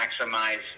maximize